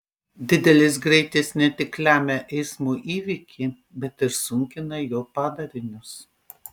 didelis greitis ne tik lemia eismo įvykį bet ir sunkina jo padarinius